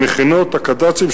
המכינות והקד"צים,